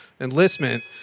enlistment